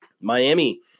Miami